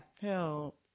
help